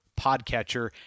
podcatcher